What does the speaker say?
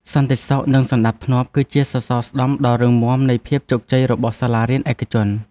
សន្តិសុខនិងសណ្តាប់ធ្នាប់គឺជាសសរស្តម្ភដ៏រឹងមាំនៃភាពជោគជ័យរបស់សាលារៀនឯកជន។